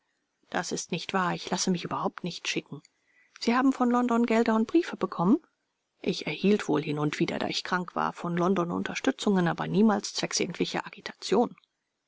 das ist nicht wahr ich lasse mich überhaupt nicht schicken vors sie haben von london gelder und briefe bekommen r ich erhielt wohl hin und wieder da ich krank war von london unterstützungen aber niemals zwecks irgendwelcher agitation